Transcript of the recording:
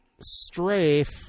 Strafe